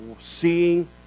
seeing